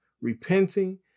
repenting